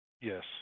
Yes